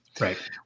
right